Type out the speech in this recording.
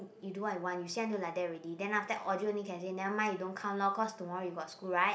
you do what I want you said until like that already then after audio can only say never mind you don't come lor because tomorrow you have school right